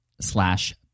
slash